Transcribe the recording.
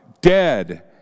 dead